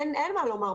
אין מה לומר,